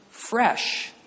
fresh